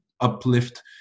uplift